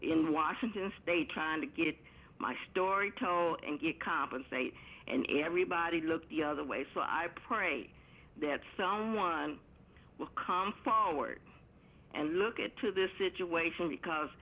in washington state trying to get my story told and get compensated and everybody looked the other way so i prayed that someone will come forward and look at to this situation because